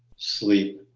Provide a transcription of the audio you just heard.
sleep.